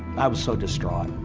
i was so distraught.